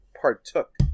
partook